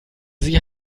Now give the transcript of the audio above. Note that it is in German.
sie